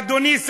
אדוני,